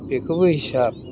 बेखौबो हिसाब